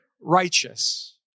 righteous